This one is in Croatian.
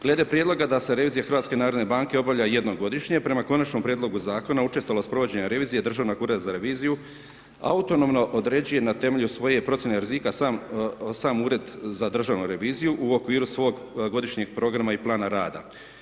Glede prijedloga da se revizija HNB obavlja jednom godišnje, prema konačnom prijedlogu zakona, učestalost provođenja razvije Državnog ureda za reviziju autonomno određuje na temelju svoje procjene rizika sam Ured za državnu reviziju u okviru svog godišnjeg programa i plana rada.